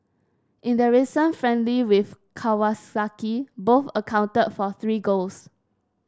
in their recent friendly with Kawasaki both accounted for three goals